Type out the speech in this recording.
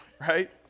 right